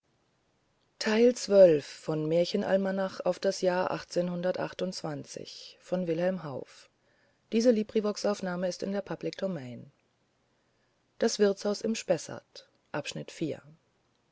das wirtshaus im spessart